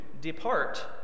depart